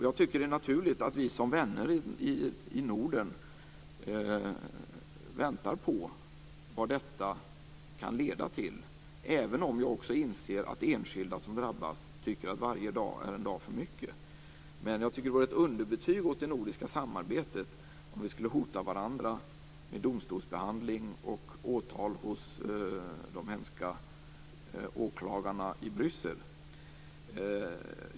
Jag tycker att det är naturligt att vi som vänner i Norden väntar på vad detta kan leda till, även om vi också inser att de enskilda som drabbas tycker att varje dag är en dag för mycket. Men det vore ett underbetyg åt det nordiska samarbetet om vi skulle hota varandra med domstolsbehandling och åtal hos de hemska åklagarna i Bryssel.